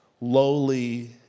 lowly